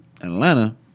Atlanta